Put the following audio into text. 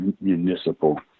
municipal